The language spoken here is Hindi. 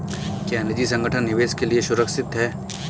क्या निजी संगठन निवेश के लिए सुरक्षित हैं?